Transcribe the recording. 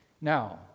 Now